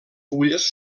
fulles